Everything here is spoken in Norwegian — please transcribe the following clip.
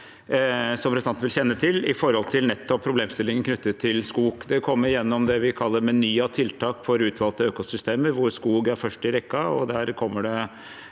som representanten kjenner til, i forbindelse med nettopp problemstillingen knyttet til skog. Det kommer gjennom det vi kaller en meny av tiltak for utvalgte økosystemer, hvor skog er først i rekken. Der er det